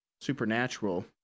supernatural